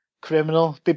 Criminal